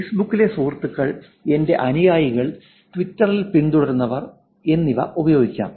ഫേസ്ബുക്കിലെ സുഹൃത്തുക്കൾ എന്റെ അനുയായികൾ ട്വിറ്ററിൽ പിന്തുടരുന്നവർ എന്നിവ ഉപയോഗിക്കാം